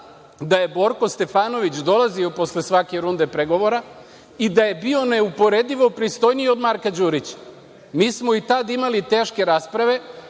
da je Borko Stefanović dolazio posle svake runde pregovora i da je bio neuporedivo pristojniji od Marka Đurića. Mi smo i tad imali teške rasprave,